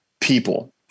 people